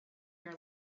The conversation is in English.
your